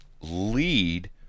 lead